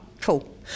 cool